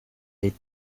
des